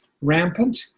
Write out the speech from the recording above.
rampant